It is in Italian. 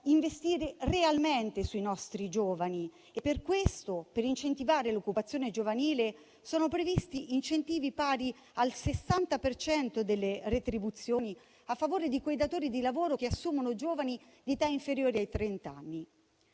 investire realmente su di loro. Per questo, per incentivare l'occupazione giovanile, sono previsti incentivi pari al 60 per cento delle retribuzioni, a favore di quei datori di lavoro che assumono giovani di età inferiore ai trent'anni.